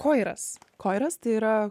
koiras koiras tai yra